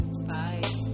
bye